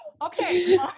Okay